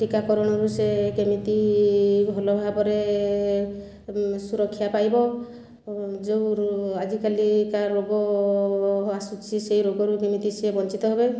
ଟିକାକରଣରୁ ସେ କେମିତି ଭଲ ଭାବରେ ସୁରକ୍ଷା ପାଇବ ଯେଉଁ ଆଜିକାଲିକା ରୋଗ ଆସୁଛି ସେହି ରୋଗରୁ କେମିତି ସେ ବଞ୍ଚିତ ହେବେ